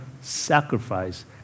sacrifice